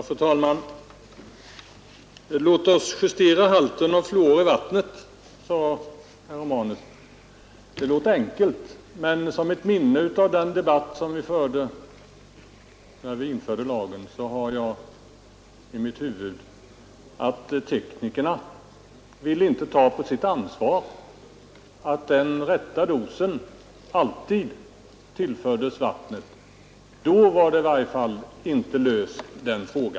Fru talman! Låt oss justera halten av fluor i vattnet, sade herr Romanus. Det låter enkelt, men jag har ett minne från den debatt som vi förde, när vi införde lagen, av att teknikerna inte ville ta på sig ansvar att den rätta dosen alltid tillfördes vattnet. I varje fall var den frågan inte löst då.